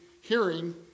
hearing